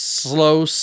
slow